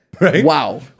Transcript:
wow